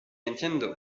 entiendo